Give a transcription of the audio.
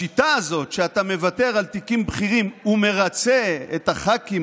השיטה הזאת שאתה מוותר על תיקים בכירים ומרצה את הח"כים